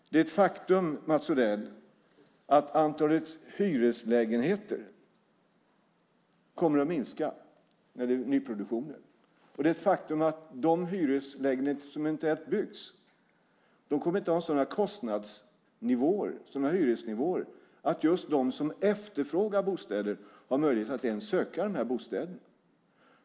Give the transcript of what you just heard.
Det är ett faktum, Mats Odell, att antalet hyreslägenheter kommer att minska i nyproduktionen. Det är ett faktum att de hyreslägenheterna, eftersom de inte ens byggs, kommer att ha sådana hyresnivåer att just de som efterfrågar bostäder inte har möjligheter att ens söka de här bostäderna.